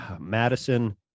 madison